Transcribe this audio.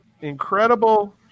Incredible